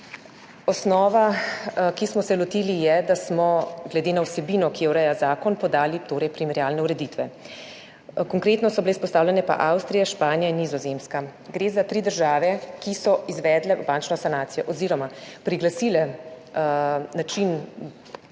Osnova, ki smo se je lotili, je, da smo glede na vsebino, ki jo ureja zakon, podali primerjalne ureditve. Konkretno so bile izpostavljene Avstrija, Španija in Nizozemska. Gre za tri države, ki so izvedle bančno sanacijo oziroma priglasile način